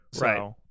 Right